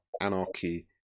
anarchy